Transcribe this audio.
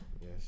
Yes